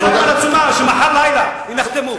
אני אחתום על עצומה שמחר לילה, הם יחתמו.